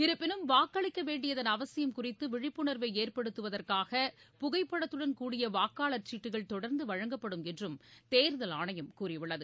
இருப்பினும் வாக்களிக்கவேண்டியதன் அவசியம் குறித்து விழிப்புணர்வை ஏற்படுத்துவதற்காக புகைப்படத்துடன் கூடிய வாக்காளர் சீட்டுகள் தொடர்ந்து வழங்கப்படும் என்றும் தேர்தல் ஆணையம் கூறியுள்ளது